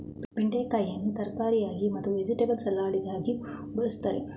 ಬೆಂಡೆಕಾಯಿಯನ್ನು ತರಕಾರಿಯಾಗಿ ಮತ್ತು ವೆಜಿಟೆಬಲ್ ಸಲಾಡಗಿಯೂ ಬಳ್ಸತ್ತರೆ